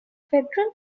federal